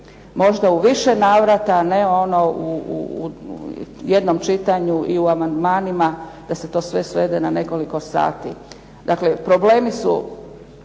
možda u više navrata, a ne ono u jednom čitanju i u amandmanima da se to sve svede na nekoliko sati. Dakle, problemi su